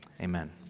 amen